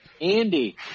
Andy